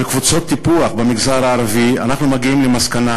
קבוצות טיפוח במגזר הערבי אנחנו מגיעים למסקנה,